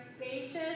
spacious